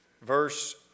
verse